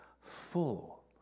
full